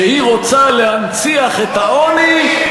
שהיא רוצה להנציח את העוני,